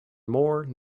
more